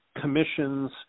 commissions